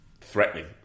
threatening